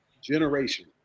generation